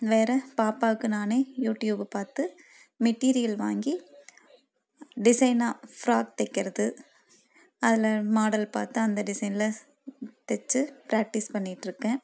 வேறு பாப்பாவுக்கு நானே யூடியூப்பை பார்த்து மெட்டீரியல் வாங்கி டிஸைன்னாக ஃபிராக் தைக்கிறது அதில் மாடல் பார்த்து அந்த டிஸைனில் தைச்சி ப்ராக்டீஸ் பண்ணிகிட்ருக்கேன்